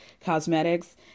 cosmetics